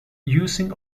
using